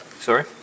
sorry